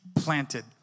planted